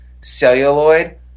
celluloid